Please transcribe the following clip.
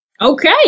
Okay